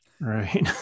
Right